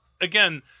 Again